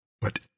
But